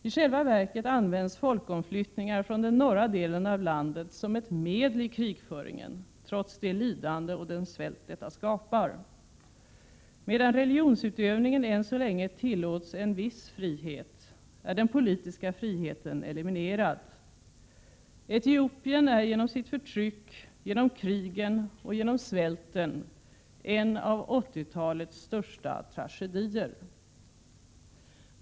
I själva verket används folkomflyttningar från den norra delen av landet som ett medel i krigföringen, trots det lidande och den svält detta skapar. Medan religionsutövningen än så länge tillåts en viss frihet, är den politiska friheten eliminerad. Etiopien är genom sitt förtryck, genom krigen och genom svälten en av 80-talets största tragedier.